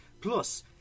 Plus